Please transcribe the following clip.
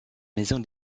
maison